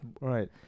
Right